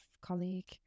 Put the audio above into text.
colleague